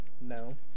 No